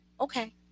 okay